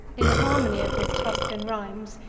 in the harmony of his tuscan rhymes,